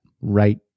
right